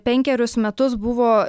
penkerius metus buvo